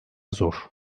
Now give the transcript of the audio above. zor